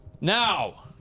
Now